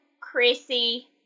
Chrissy